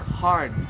hard